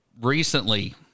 recently